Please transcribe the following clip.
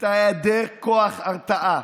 את היעדר כוח ההרתעה,